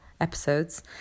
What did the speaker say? episodes